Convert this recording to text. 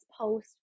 post